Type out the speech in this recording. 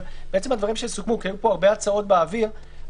עלו פה הרבה הצעות באוויר.